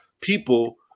people